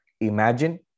imagine